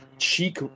Cheek